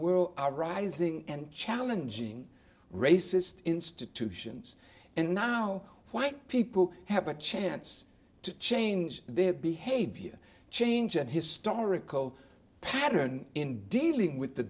world are rising and challenging racist institutions and now white people have a chance to change their behavior change an historical pattern in dealing with the